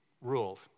ruled